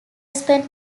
spent